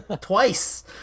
Twice